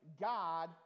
God